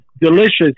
Delicious